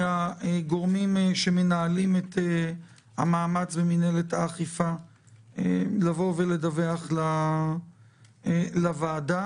מהגורמים שמנהלים את המאמץ במינהלת האכיפה לבוא ולדווח לוועדה.